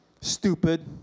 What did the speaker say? stupid